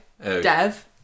Dev